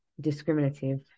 discriminative